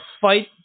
fight